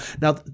now